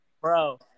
Bro